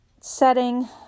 setting